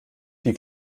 die